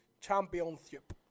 Championship